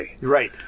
Right